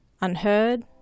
unheard